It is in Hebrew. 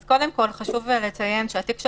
אז קודם כל חשוב לציין שהכרעת הדין בתיק של